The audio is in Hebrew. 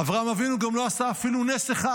אברהם אבינו גם לא עשה אפילו נס אחד,